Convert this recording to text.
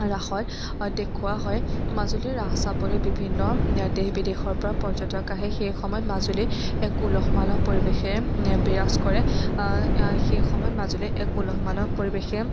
ৰাসত দেখুওৱা হয় মাজুলীৰ ৰাস চাবলৈ বিভিন্ন দেশ বিদেশৰপৰা পৰ্যটক আহে সেই সময়ত মাজুলী এক উলহ মালহ পৰিৱেশে বিৰাজ কৰে সেই সময়ত মাজুলী এক উলহ মালহ পৰিৱেশে